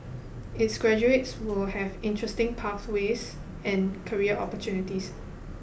its graduates will have interesting pathways and career opportunities